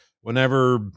whenever